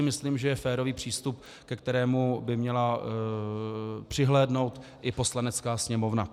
Myslím si, že to je férový přístup, ke kterému by měla přihlédnout i Poslanecká sněmovna.